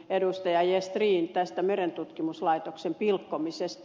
gestrin tästä merentutkimuslaitoksen pilkkomisesta